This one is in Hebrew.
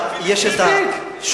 הפיליפינית, הפיליפינית.